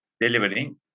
delivering